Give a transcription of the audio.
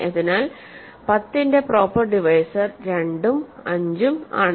അതിനാൽ 10 ന്റെ proper divisor 2 ഉം 5 ഉം ആണ്